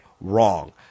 Wrong